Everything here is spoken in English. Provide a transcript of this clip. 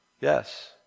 yes